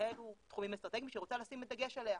שאלה התחומים האסטרטגיים שהיא רוצה לשים דגש עליהם.